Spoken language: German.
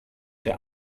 der